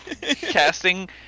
casting